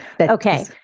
Okay